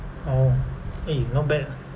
oh eh not bad ah